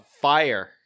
fire